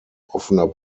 offener